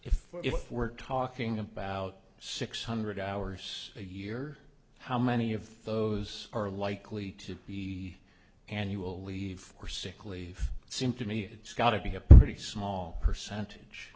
if if we're talking about six hundred hours a year how many of those are likely to be annual leave or sick leave seem to me it's got to be a pretty small percentage